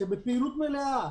אומנים שהם בפעילות מלאה,